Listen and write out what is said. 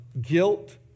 guilt